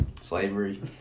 Slavery